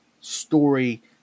story